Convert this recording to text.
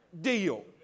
deal